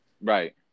Right